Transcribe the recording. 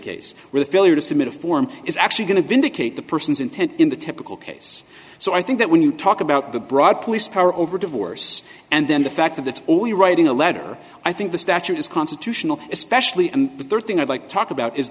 case where the failure to submit a form is actually going to vindicate the person's intent in the typical case so i think that when you talk about the broad police power over divorce and then the fact that it's only writing a letter i think the statute is constitutional especially and the third thing i'd like to talk about is